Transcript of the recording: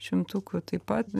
šimtukų taip pat